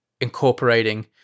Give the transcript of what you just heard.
incorporating